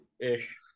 ish